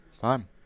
Fine